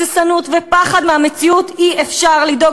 הססנות ופחד מהמציאות אי-אפשר לדאוג